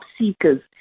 seekers